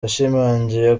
yashimangiye